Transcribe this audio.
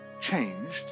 changed